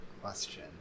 question